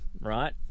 right